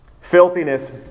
Filthiness